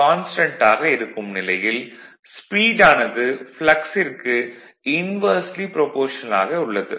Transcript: constant ஆக இருக்கும் நிலையில் ஸ்பீட் ஆனது ப்ளக்ஸிற்கு இன்வெர்சிலி ப்ரபோஷனல் ஆக உள்ளது